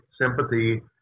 sympathy